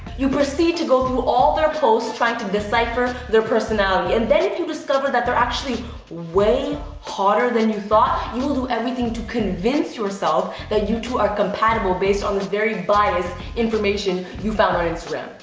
you proceede to go through all their posts trying to decipher their personality and then, if you discover that they're actually way hotter than you thought, you will do everything to convince yourself that you two are compatible. based on the very biased information you found on instagram.